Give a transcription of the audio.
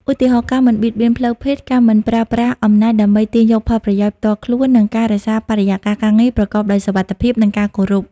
ឧទាហរណ៍ ការមិនបៀតបៀនផ្លូវភេទ ការមិនប្រើប្រាស់អំណាចដើម្បីទាញយកផលប្រយោជន៍ផ្ទាល់ខ្លួន និងការរក្សាបរិយាកាសការងារប្រកបដោយសុវត្ថិភាព និងការគោរព។